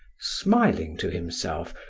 smiling to himself,